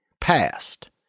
PAST